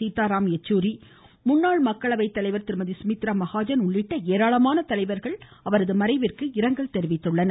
சீதாராம் எச்சூரி முன்னாள் மக்களவை தலைவர் திருமதி சுமித்ரா மகாஜன் உள்ளிட்ட ஏராளமான தலைவர்கள் அவரது மறைவிற்கு இரங்கல் தெரிவித்துள்ளனர்